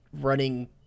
running